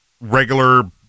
regular